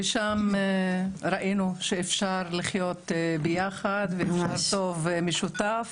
ושם ראינו שאפשר לחיות ביחד ואפשר טוב ומשותף,